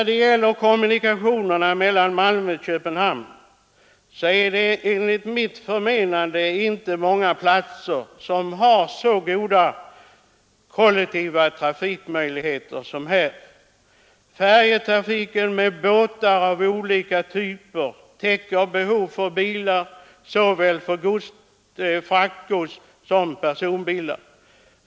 Det finns inte många trafikleder som har så goda kollektivtrafik möjligheter som leden mellan Malmö och Köpenhamn. Färjetrafiken med båtar av olika typer täcker behovet av överfartsmöjligheter för lastbilar, fraktgods och personbilar.